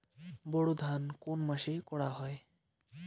বোরো ধান কোন মাসে করা হয়?